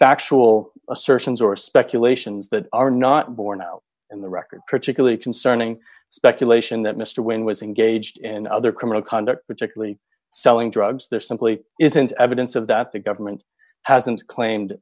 factual assertions or speculations that are not borne out in the record particularly concerning speculation that mr wynn was engaged and other criminal conduct particularly selling drugs there simply isn't evidence of that the government hasn't claimed